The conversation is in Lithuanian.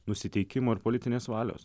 nusiteikimo ir politinės valios